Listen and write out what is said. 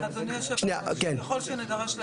אמרתי לו, איך אתה אומר את זה?